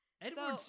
Edward